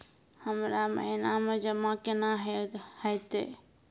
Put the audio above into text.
हमरा महिना मे जमा केना हेतै?